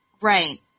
Right